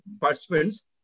participants